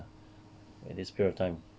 in this period of time